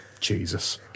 Jesus